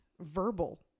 verbal